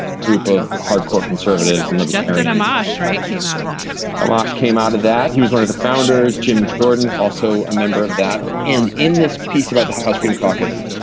group of hardcore conservatives and the justin amash. right. came out of that wash. came out of that. he was one of the founders, jim jordan, also a member of that. and in this piece about the house freedom caucus,